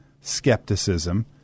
skepticism